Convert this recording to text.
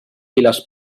viles